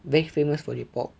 very famous for the pork